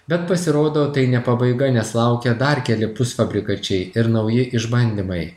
bet pasirodo tai ne pabaiga nes laukia dar keli pusfabrikačiai ir nauji išbandymai